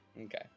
Okay